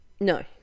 No